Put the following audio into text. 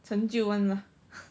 成就 [one] lah